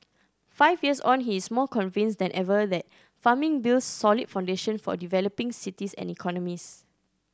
five years on he is more convinced than ever that farming builds solid foundation for developing cities and economies